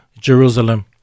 Jerusalem